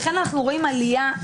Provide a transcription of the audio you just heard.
לכן אנחנו רואים עלייה.